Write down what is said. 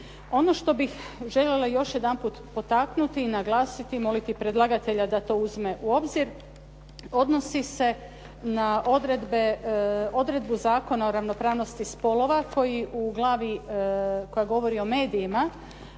Ono što bih željela još jedanput potaknuti i naglasiti i moliti predlagatelja da to uzme u obzir, odnosi se na odredbu zakona o ravnopravnosti spolova koja u glavi, koja govori o medijima,